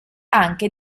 anche